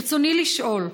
ברצוני לשאול: